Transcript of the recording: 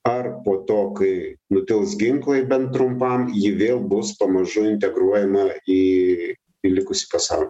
ar po to kai nutils ginklai bent trumpam ji vėl bus pamažu integruojama į į likusį pasaulį